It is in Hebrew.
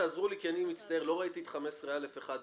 ותעזרו לי, כי אני מצטער, לא ראיתי את 15א1 ו-15.